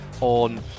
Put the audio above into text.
on